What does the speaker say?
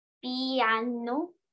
Piano